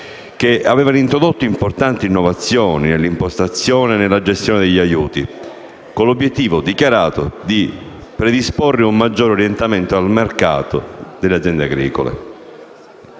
che avevano introdotto importanti innovazioni nell'impostazione e nella gestione degli aiuti, con l'obiettivo dichiarato di predisporre un maggiore orientamento al mercato delle aziende agricole.